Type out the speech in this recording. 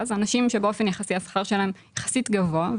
זה אנשים שבאופן יחסי השכר שלהם יחסית גבוה.